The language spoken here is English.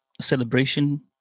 celebration